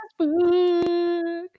Facebook